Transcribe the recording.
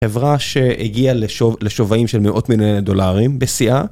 חברה שהגיעה לשובעים של מאות מיני דולרים בשיאה.